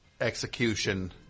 execution